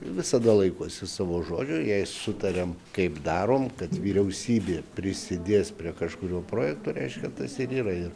visada laikosi savo žodžio jei sutariam kaip darom kad vyriausybė prisidės prie kažkurio projekto reiškia tas ir yra ir